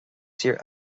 tír